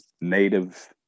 native